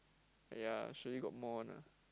ya surely got more one ah